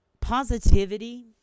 positivity